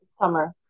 Summer